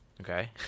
Okay